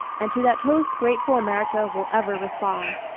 and to that toast grateful america will ever respond.